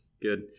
Good